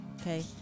Okay